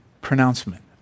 pronouncement